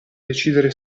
decidere